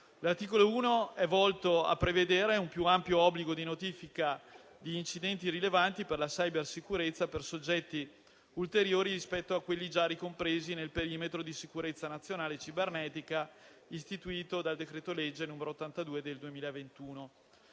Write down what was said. L'articolo 1 è volto a prevedere un più ampio obbligo di notifica di incidenti rilevanti per la cybersicurezza per soggetti ulteriori rispetto a quelli già ricompresi nel perimetro di sicurezza nazionale cibernetica istituito dal decreto-legge n. 82 del 2021.